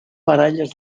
baralles